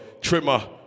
Trimmer